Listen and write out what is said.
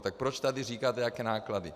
Tak proč tady říkáte, jaké náklady?